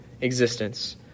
existence